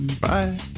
Bye